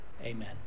Amen